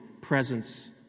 presence